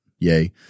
Yay